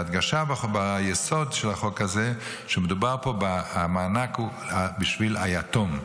ההדגשה ביסוד החוק הזה היא שמדובר פה במענק שהוא בשביל היתום.